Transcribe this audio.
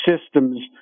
systems